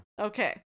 Okay